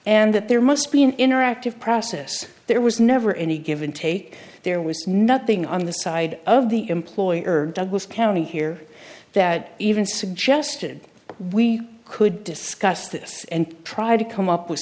and that there must be an interactive process there was never any given take there was nothing on the side of the employer douglas county here that even suggested we could discuss this and try to come up with